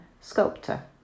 sculptor